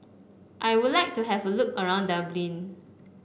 I would like to have a look around Dublin